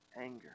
anger